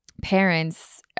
parents